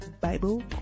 Bible